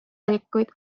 valikuid